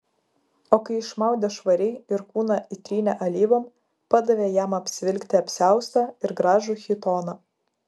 o kai išmaudė švariai ir kūną įtrynė alyvom padavė jam apsivilkti apsiaustą ir gražų chitoną